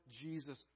Jesus